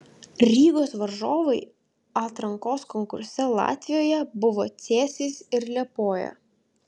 rygos varžovai atrankos konkurse latvijoje buvo cėsys ir liepoja